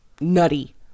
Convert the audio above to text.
Nutty